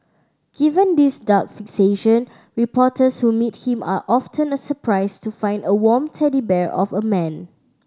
given these dark fixation reporters who meet him are often surprised to find a warm teddy bear of a man